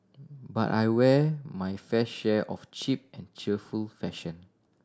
but I wear my fair share of cheap and cheerful fashion